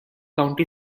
county